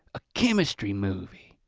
a chemistry movie.